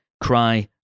cry